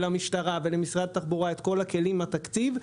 למשטרה ולמשרד התחבורה את כל הכלים בתקציב,